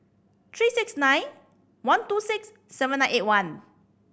three six nine one two six seven nine eight one